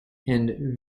and